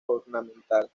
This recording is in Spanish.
ornamental